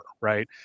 right